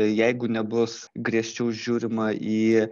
jeigu nebus griežčiau žiūrima į